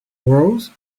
rose